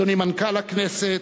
אדוני מנכ"ל הכנסת,